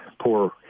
poor